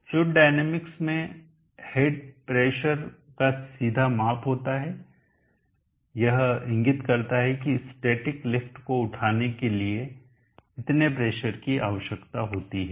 fluid dynamics में head pressure का सीधा माप होता है यह इंगित करता है कि स्टैटिक लिफ्ट को पानी उठाने के लिए इतने प्रेशर की की आवश्यकता होती है